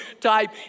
type